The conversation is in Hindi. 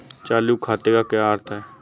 चालू खाते का क्या अर्थ है?